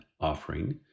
offering